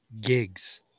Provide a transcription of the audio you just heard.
gigs